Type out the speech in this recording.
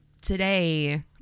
today